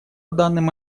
данным